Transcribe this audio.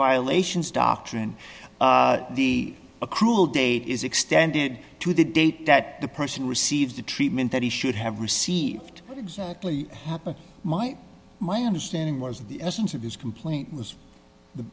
violations doctrine the accrual date is extended to the date that the person receives the treatment that he should have received exactly my my understanding was the essence of his complaint was the